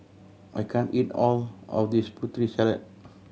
I can't eat all of this Putri Salad